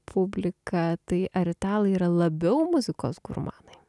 publika tai ar italai yra labiau muzikos gurmanai